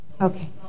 Okay